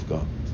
God